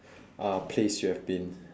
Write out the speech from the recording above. uh place you have been